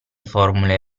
formule